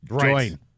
join